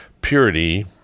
Purity